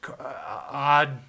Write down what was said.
odd